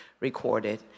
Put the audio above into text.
recorded